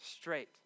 straight